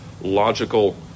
logical